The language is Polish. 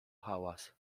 hałas